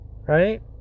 Right